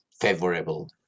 favorable